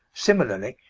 similarly,